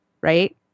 right